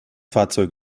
fahrzeug